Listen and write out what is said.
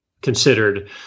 considered